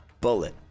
Bullet